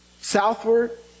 southward